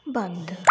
बंद